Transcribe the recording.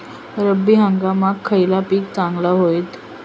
रब्बी हंगामाक खयला पीक चांगला होईत?